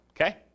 Okay